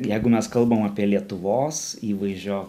jeigu mes kalbam apie lietuvos įvaizdžio